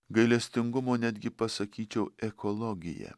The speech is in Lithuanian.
gailestingumo netgi pasakyčiau ekologija